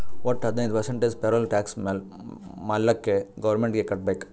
ವಟ್ಟ ಹದಿನೈದು percent payroll tax ಮಾಲ್ಲಾಕೆ ಗೌರ್ಮೆಂಟ್ಗ್ ಕಟ್ಬೇಕ್